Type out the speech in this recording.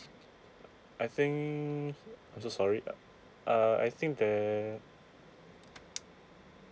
I think so sorry uh I think there